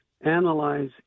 analyze